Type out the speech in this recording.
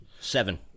Seven